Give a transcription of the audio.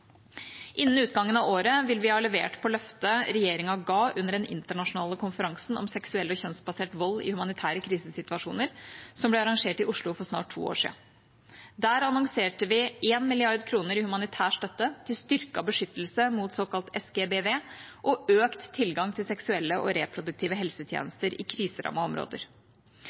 Innen utgangen av året vil vi ha levert på løftet regjeringa ga under den internasjonale konferansen om seksuell og kjønnsbasert vold i humanitære krisesituasjoner som ble arrangert i Oslo for snart to år siden. Der annonserte vi 1 mrd. kr i humanitær støtte til styrket beskyttelse mot såkalt SGBV og økt tilgang seksuelle og reproduktive helsetjenester i kriserammede områder.